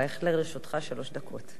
הרב אייכלר, לרשותך שלוש דקות.